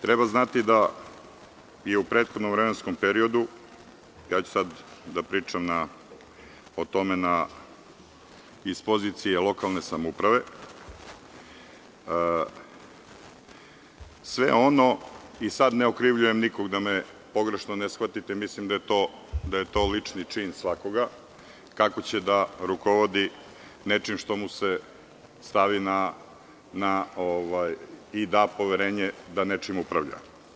Treba znati da je u prethodnom vremenskom periodu, pričaću sada o tome iz pozicije lokalne samouprave, sve ono, sada ne okrivljujem nikoga, da me pogrešno ne shvatite, mislim da je to lični čin svakoga kako će da rukovodi nečim što mu se stavi i da poverenje da nečim upravlja.